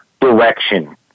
direction